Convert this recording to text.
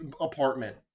apartment